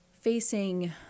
facing